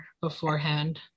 beforehand